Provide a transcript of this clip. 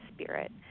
spirit